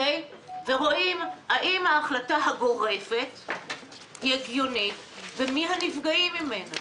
רואים האם ההחלטה הגורפת היא הגיונית ומי הנפגעים ממנה.